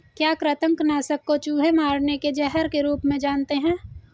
क्या कृतंक नाशक को चूहे मारने के जहर के रूप में जानते हैं?